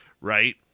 right